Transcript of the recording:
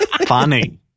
funny